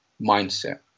mindset